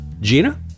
Gina